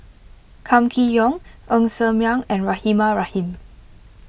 Kam Kee Yong Ng Ser Miang and Rahimah Rahim